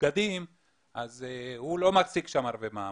בגדים אז הוא לא מחזיק שם הרבה מעמד.